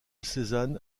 cézanne